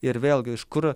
ir vėlgi iš kur